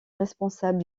responsable